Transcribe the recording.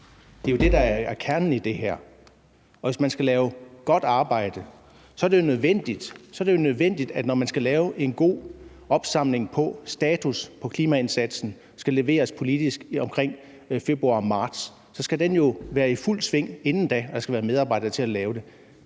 Det er jo det, der er kernen i det her, og hvis man skal lave et godt stykke arbejde, når man skal lave en opsamling og status på klimaindsatsen, som skal leveres politisk omkring februar eller marts, er det jo nødvendigt, at den er i fuld sving inden da, og at der er medarbejdere til at lave den.